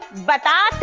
but